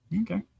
Okay